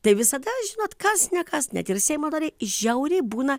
tai visada žinot kas ne kas net ir seimo nariai žiauriai būna